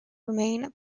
remain